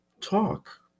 talk